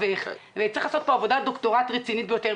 צריך לעשות עבודה רצינית ביותר,